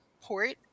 port